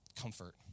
comfort